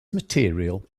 material